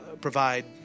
provide